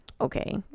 Okay